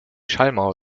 schallmauer